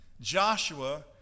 Joshua